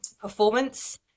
performance